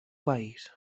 país